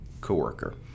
coworker